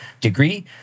degree